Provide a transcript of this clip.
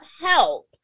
help